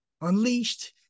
unleashed